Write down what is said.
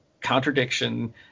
contradiction